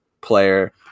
player